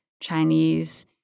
Chinese